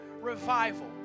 revival